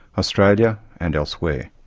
australia and elsewhere.